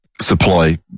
supply